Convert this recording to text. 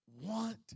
want